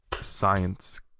science